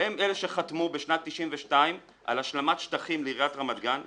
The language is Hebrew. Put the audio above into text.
הם אלה שחתמו בשנת 92' על השלמת שטחים לעיריית רמת גן,